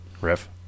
riff